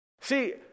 See